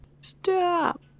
Stop